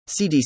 CDC